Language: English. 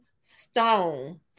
stone